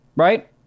Right